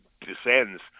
descends